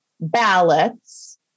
ballots